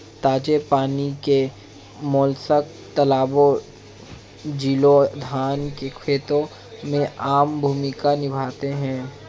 ताजे पानी के मोलस्क तालाबों, झीलों, धान के खेतों में आम भूमिका निभाते हैं